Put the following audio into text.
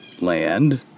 land